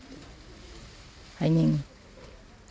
ꯍꯥꯏꯅꯤꯡꯉꯤ